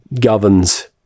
governs